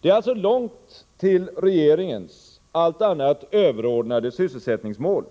Det är alltså långt till regeringens allt annat överordnade sysselsättningsmål,